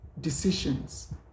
decisions